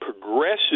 progressive